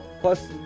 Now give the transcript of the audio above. Plus